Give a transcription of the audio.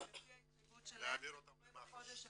לפי ההתחייבות שלהם זה קורה בחודש הקרוב.